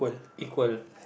equal